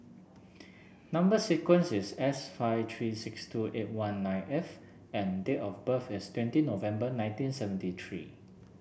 number sequence is S five three six two eight one nine F and date of birth is twenty November nineteen seventy three